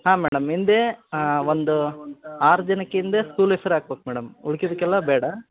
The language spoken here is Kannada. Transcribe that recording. ಹಾಂ ಹಾಂ ಮೇಡಮ್ ಇಂದೆ ಒಂದು ಆರು ಜನಕ್ಕೆ ಹಿಂದೆ ಸ್ಕೂಲ್ ಹೆಸ್ರು ಹಾಕ್ಬೇಕು ಮೇಡಮ್ ಹುಡ್ಗೀರ್ಗೆಲ್ಲ ಬೇಡ